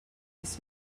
this